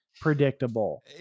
predictable